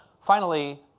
finally,